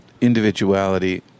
individuality